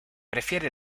prefiere